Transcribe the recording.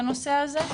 בנושא הזה,